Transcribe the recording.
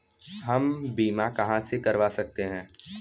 हम बीमा कहां से करवा सकते हैं?